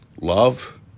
love